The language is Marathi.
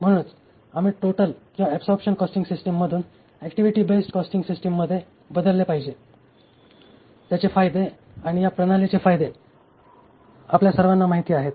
म्हणून आम्ही टोटल किंवा ऍबसॉरबशन कॉस्टिंग सिस्टिम मधून ऍक्टिव्हिटी बेस्ड कॉस्टिंग सिस्टिममध्ये बदलले पाहिजे त्याचे फायदे किंवा या प्रणालीचे फायदे आपल्या सर्वांना माहित आहेत